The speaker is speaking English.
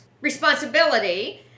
responsibility